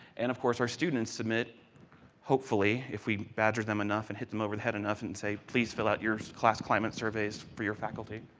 and of course, our student submit hopefully if we badger them enough and hit them over the head enough and say, please fill out your class climate surveys for your faculty.